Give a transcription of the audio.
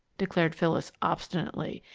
declared phyllis, obstinately.